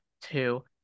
two